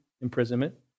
imprisonment